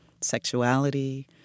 sexuality